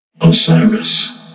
Osiris